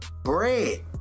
bread